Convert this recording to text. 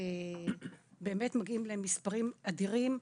באמת מגיעים למספרים אדירים.